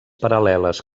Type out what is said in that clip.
paral·leles